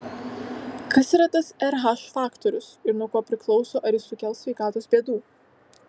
kas yra tas rh faktorius ir nuo ko priklauso ar jis sukels sveikatos bėdų